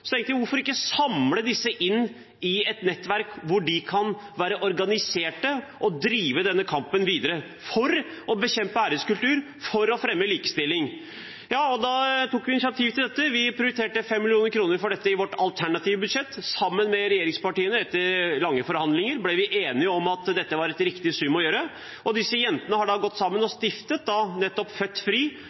Så tenkte jeg: Hvorfor ikke samle disse i et nettverk hvor de kan være organisert og drive denne kampen videre for å bekjempe æreskultur, for å fremme likestilling? Vi tok initiativ til dette. Vi prioriterte 5 mill. kr til dette i vårt alternative budsjett. Sammen med regjeringspartiene, etter lange forhandlinger, ble vi enige om at dette var en riktig sum å bevilge. Disse jentene har gått sammen og stiftet Født Fri. Stiftelsen har fått det navnet, og de får nå 5 mill. kr neste år for nettopp